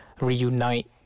reunite